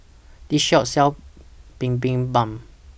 This Shop sells Bibimbap